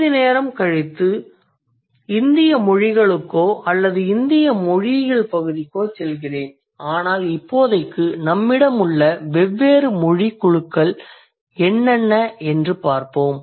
சிறிது நேரம் கழித்து இந்திய மொழிகளுக்கோ அல்லது இந்திய மொழியியல் பகுதிக்கோ செல்கிறேன் ஆனால் இப்போதைக்கு நம்மிடம் உள்ள வெவ்வேறு மொழி குழுக்கள் எவை என்று பார்ப்போம்